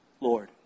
Lord